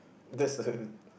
that's a